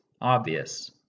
obvious